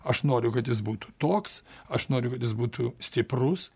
aš noriu kad jis būtų toks aš noriu kad jis būtų stiprus